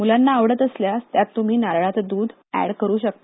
मूलांना आवडत असल्यास त्यात तुम्ही नारळाचं द्ध अॅड करू शकता